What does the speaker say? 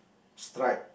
stripe